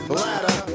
ladder